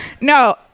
No